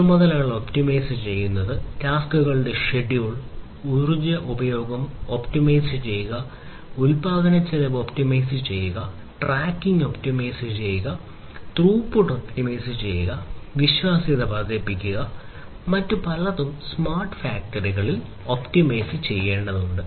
ചുമതലകൾ ഒപ്റ്റിമൈസ് ചെയ്യുന്നത് ടാസ്കുകളുടെ ഷെഡ്യൂൾ ഊർജ്ജ ഉപയോഗം ഒപ്റ്റിമൈസ് ചെയ്യുക ഉൽപാദനച്ചെലവ് ഒപ്റ്റിമൈസ് ചെയ്യുക ട്രാക്കിംഗ് ഒപ്റ്റിമൈസ് ചെയ്യുക വിശ്വാസ്യത വർദ്ധിപ്പിക്കുക മറ്റ് പലതും സ്മാർട്ട് ഫാക്ടറിയിൽ ഒപ്റ്റിമൈസ് ചെയ്യേണ്ടതുണ്ട്